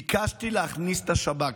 ביקשתי להכניס את השב"כ.